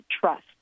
Trust